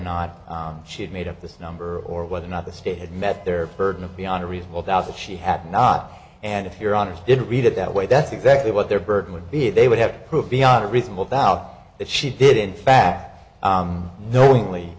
not she'd made up this number or whether or not the state had met their burden of beyond a reasonable doubt that she had not and if your honour's didn't read it that way that's exactly what their burden would be they would have to prove beyond a reasonable doubt that she did in fact knowingly